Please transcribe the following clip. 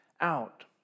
out